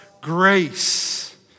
grace